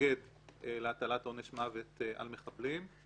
מתנגד להטלת עונש מוות על מחבלים.